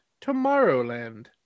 Tomorrowland